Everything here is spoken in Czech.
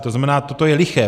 To znamená, toto je liché.